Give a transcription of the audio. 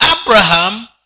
Abraham